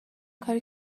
کاری